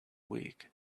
week